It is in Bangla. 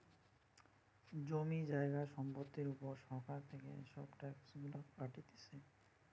জমি জায়গা সম্পত্তির উপর সরকার থেকে এসব ট্যাক্স গুলা কাটতিছে